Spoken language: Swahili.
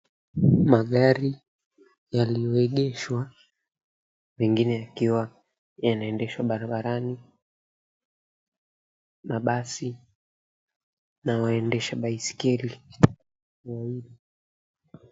Magari yaliyoegeshwa, mengine yakiwa yanaendeshwa barabarani na basi na waendesha baiskeli wawili.